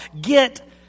get